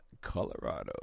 Colorado